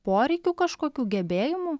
poreikių kažkokių gebėjimų